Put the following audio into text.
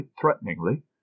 threateningly